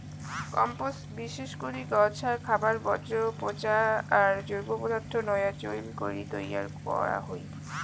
compost বিশেষ করি গছ আর খাবার বর্জ্য পচা আর জৈব পদার্থ নয়া চইল করি তৈয়ার করা হই